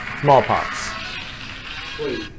smallpox